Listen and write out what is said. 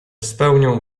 spełnią